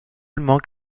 manquent